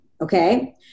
okay